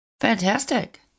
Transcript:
Fantastic